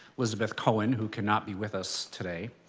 lizabeth cohen, who cannot be with us today,